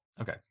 Okay